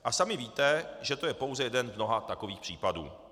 A sami víte, že to je pouze jeden z mnoha takových případů.